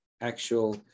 actual